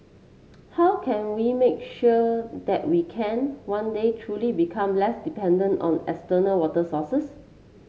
how can we make sure that we can one day truly become less dependent on external water sources